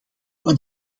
een